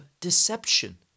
deception